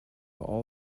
all